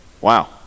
Wow